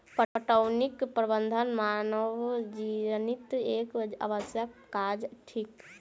पटौनीक प्रबंध मानवजनीत एक आवश्यक काज थिक